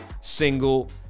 single